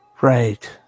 Right